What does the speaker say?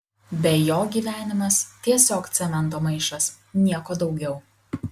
be jo gyvenimas tiesiog cemento maišas nieko daugiau